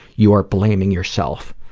you are blaming yourself